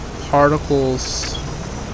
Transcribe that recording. particles